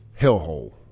hellhole